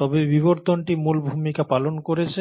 তবে বিবর্তনটি মূল ভূমিকা পালন করেছে